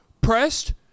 pressed